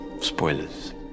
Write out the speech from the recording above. Spoilers